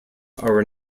are